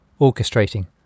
orchestrating